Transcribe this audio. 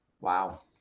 Wow